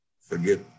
forget